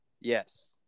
Yes